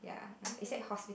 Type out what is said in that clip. you do